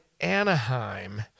Anaheim